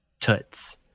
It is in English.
toots